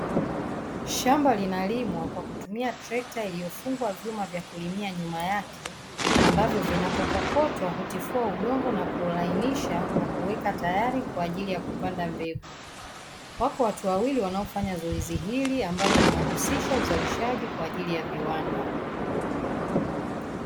Shamba linalimwa kwa kutumia trekta iliyofungwa vyuma vya kulimia nyuma yake. Ambapo vinapokokotwa hutifua udongo, na kuulainisha na kuweka tayari kwa ajili ya kupanda mbegu. Wapo watu wawili wanaofanya zoezi hili ambalo linahusisha uzalishaji kwa ajili ya viwanda.